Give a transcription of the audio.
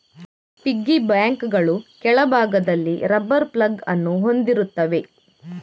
piggy ಬ್ಯಾಂಕುಗಳು ಕೆಳಭಾಗದಲ್ಲಿ rubber plug ಅನ್ನು ಹೊಂದಿರುತ್ತವೆ